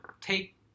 take